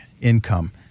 income